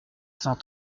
cent